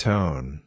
Tone